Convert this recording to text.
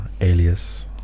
alias